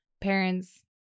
parents